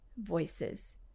voices